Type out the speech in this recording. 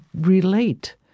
relate